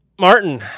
martin